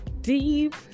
deep